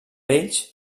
ells